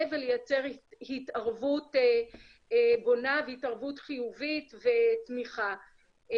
ולייצר התערבות בונה והתערבות חיובית ותמיכה.